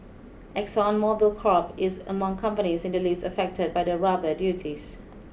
Exxon Mobile Crop is among companies in the list affected by the rubber duties